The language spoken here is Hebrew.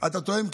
אתה טועם,